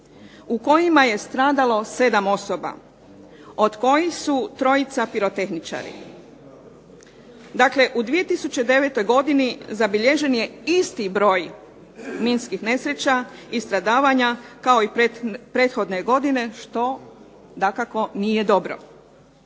u kojima je stradalo 7 osoba, od kojih su trojica pirotehničari. Dakle, u 2009. godini zabilježen je isti broj minskih nesreća i stradavanja kao i prethodne godine što dakako nije dobro.